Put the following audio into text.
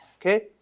okay